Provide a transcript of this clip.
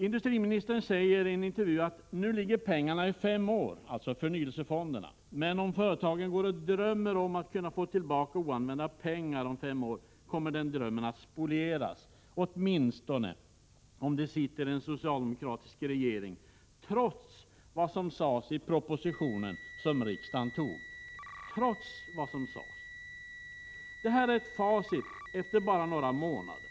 Industriministern säger i en intervju: Nu ligger pengarna, alltså förnyelsefonderna, stilla i fem år. Om företagen drömmer om att få tillbaka oanvända pengar efter fem år bör de förstå att den drömmen kommer att spolieras, åtminstone om det då sitter en socialdemokratisk regering. Det blir fallet trots vad som sades i den proposition som riksdagen antog. Detta är facit bara några månader efter beslutet om förnyelsefonderna.